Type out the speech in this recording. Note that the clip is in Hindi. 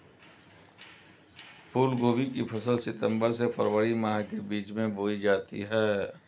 फूलगोभी की फसल सितंबर से फरवरी माह के बीच में बोई जाती है